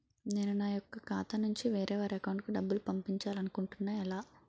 నేను నా యెక్క ఖాతా నుంచి వేరే వారి అకౌంట్ కు డబ్బులు పంపించాలనుకుంటున్నా ఎలా?